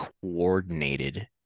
coordinated